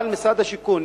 אבל משרד השיכון,